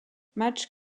match